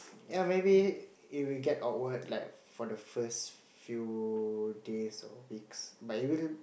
yea maybe it will get awkward like for the first few days or weeks but you really